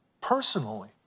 personally